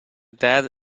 dad